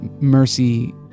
mercy